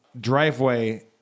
driveway